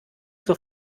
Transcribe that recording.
zur